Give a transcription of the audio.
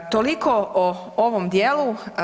Toliko o ovom dijelu.